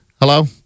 Hello